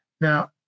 Now